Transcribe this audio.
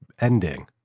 ending